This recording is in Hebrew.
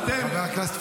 -- המהירה, החדה, בהיקפי